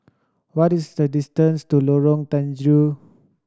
what is the distance to Lorong Terigu